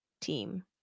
team